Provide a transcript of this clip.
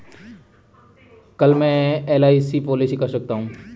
क्या मैं LIC policy कर सकता हूं?